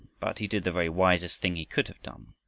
but he did the very wisest thing he could have done.